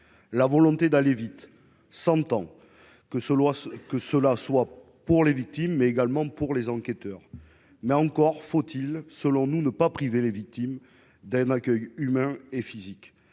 La volonté d'aller vite s'entend, que ce soit pour les victimes ou pour les enquêteurs. Mais encore faut-il ne pas priver les victimes d'un accueil humain et physique